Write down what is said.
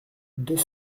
deux